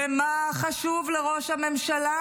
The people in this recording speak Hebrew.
ומה חשוב לראש הממשלה?